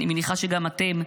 ואני מניחה שגם אתם,